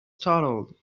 startled